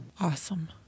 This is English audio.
Awesome